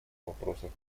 вопросов